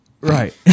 right